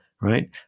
right